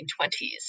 1920s